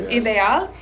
ideal